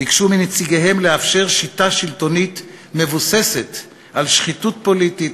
ביקשו מנציגיהם לאפשר שיטה שלטונית מבוססת על שחיתות פוליטית,